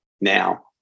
Now